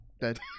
Dead